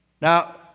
Now